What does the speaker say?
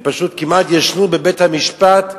הם פשוט כמעט ישנו בבית-המשפט מרוב,